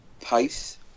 pace